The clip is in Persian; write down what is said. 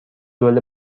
رول